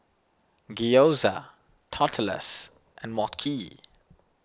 Gyoza Tortillas and Mochi